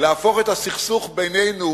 להפוך את הסכסוך בינינו